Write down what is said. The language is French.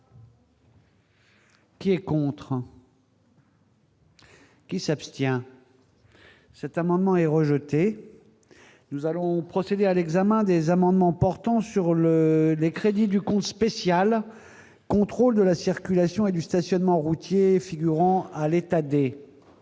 Qui est contre. Qui s'abstient. Cet amendement est rejeté, nous allons procéder à l'examen des amendements portant sur le les crédits du compte spécial, contrôle de la circulation et du stationnement routier figurant à l'État